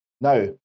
Now